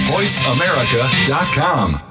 VoiceAmerica.com